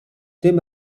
tym